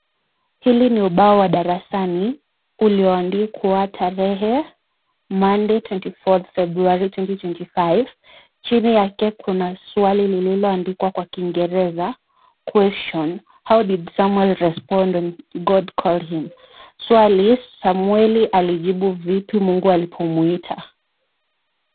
Hili ni ubao wa darasani ulioandikwa tarehe Monday 24th February 2025 . Chini yake kuna swali lililoandikwa kwa kiingereza Question: How did Samuel respond when God called him? swali samueli alijibu vipi mungu alipomuita?